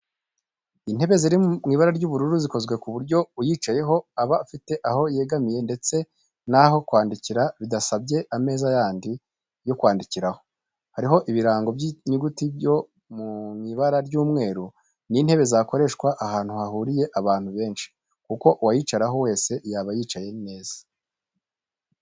Intebe ziri mu ibara ry'ubururu zikozwe ku buryo uyicayeho aba afite aho yegamira ndetse n'aho kwandikira bidasabye ameza yandi yo kwandikiraho, hariho ibirango by'inyuguti byo mu ibara ry'umweru. Ni intebe zakoreshwa ahantu hahuriye abantu benshi kuko uwayicaraho wese yaba yicaye neza.